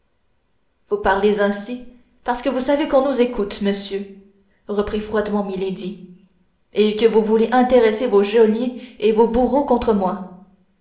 vous parlez ainsi parce que vous savez qu'on nous écoute monsieur répondit froidement milady et que vous voulez intéresser vos geôliers et vos bourreaux contre moi